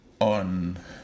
on